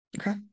okay